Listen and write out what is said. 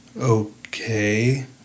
Okay